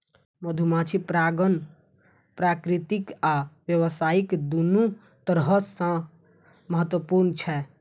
मधुमाछी परागण प्राकृतिक आ व्यावसायिक, दुनू तरह सं महत्वपूर्ण छै